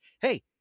hey